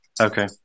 Okay